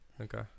Okay